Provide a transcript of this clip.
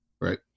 right